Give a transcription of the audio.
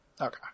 Okay